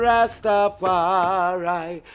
Rastafari